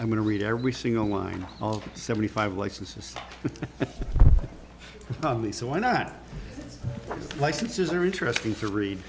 i'm going to read every single line seventy five licenses with me so why not licenses are interesting to read